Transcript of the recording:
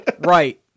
right